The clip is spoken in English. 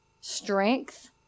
Strength